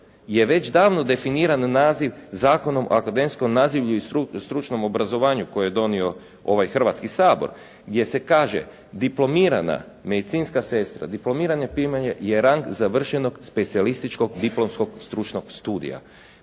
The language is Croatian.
je već davno definiran naziv Zakonom o akademskom nazivlju i stručnom obrazovanju koji je donio ovaj Hrvatski sabor, gdje se kaže diplomirana medicinska sestra, diplomirana primalja je rang završenog specijalističkog diplomskog stručnog studija.